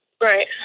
Right